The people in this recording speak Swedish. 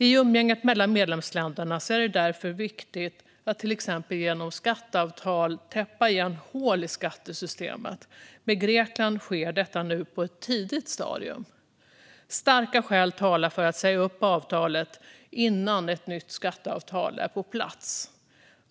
I umgänget mellan medlemsländerna är det därför viktigt att till exempel genom skatteavtal täppa igen hål i skattesystemet. Med Grekland sker detta nu på ett tidigt stadium. Starka skäl talar för att säga upp avtalet innan ett nytt skatteavtal är på plats.